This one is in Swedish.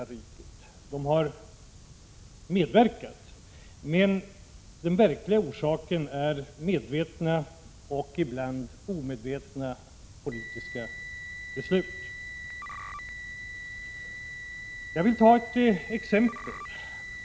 Näringslivet har medverkat, men den bakomliggande faktorn är i verkligheten medvetna och ibland omedvetna politiska beslut. Låt mig ta ett exempel.